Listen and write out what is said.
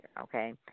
Okay